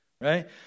right